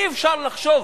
אי-אפשר לחשוב,